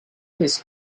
his